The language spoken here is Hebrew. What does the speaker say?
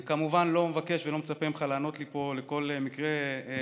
אני כמובן לא מבקש ולא מצפה ממך לענות לי פה על כל מקרה לגופו,